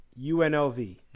UNLV